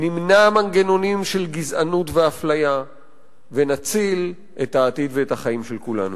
נמנע מנגנונים של גזענות ואפליה ונציל את העתיד ואת החיים של כולנו.